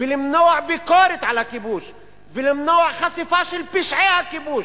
ולמנוע ביקורת על הכיבוש ולמנוע חשיפה של פשעי הכיבוש.